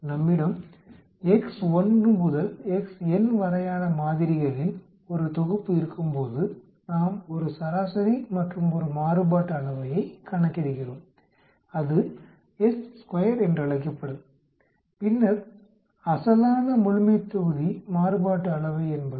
நம்மிடம் x1 முதல் xn வரையான மாதிரிகளின் ஒரு தொகுப்பு இருக்கும்போது நாம் ஒரு சராசரி மற்றும் ஒரு மாறுபாட்டு அளவையைக் கணக்கிடுகிறோம் அது s2 என்றழைக்கப்படும் பின்னர் அசலான முழுமைத்தொகுதி மாறுபாட்டு அளவை என்பது